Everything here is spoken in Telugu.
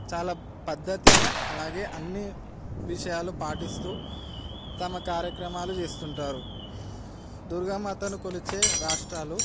చాలా పద్ధతిగా అలాగే అన్ని విషయాలు పాటిస్తూ తమ కార్యక్రమాలు చేస్తుంటారు దుర్గామాతను కొలిచే రాష్ట్రాలు